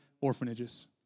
orphanages